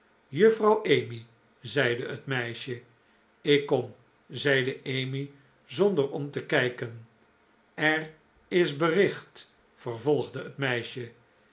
juffrouw emmy zeide het meisje ik kom zeide emmy zonder om te kijken er is bericht vervolgde het meisje